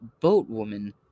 boatwoman